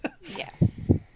Yes